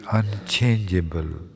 unchangeable